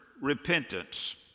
repentance